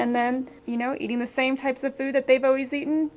and then you know eating the same types of food that they've always eaten